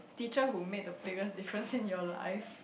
teacher who made the biggest difference in your life